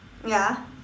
ya